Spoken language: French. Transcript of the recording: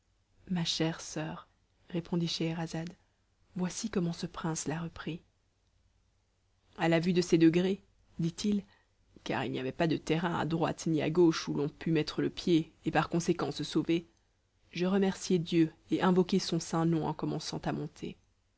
ma chère soeur répondit scheherazade voici comment ce prince la reprit à la vue de ces degrés dit-il car il n'y avait pas de terrain à droite ni à gauche où l'on pût mettre le pied et par conséquent se sauver je remerciai dieu et invoquai son saint nom en commençant à monter